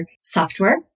software